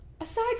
aside